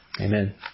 Amen